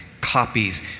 copies